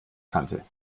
kannte